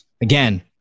Again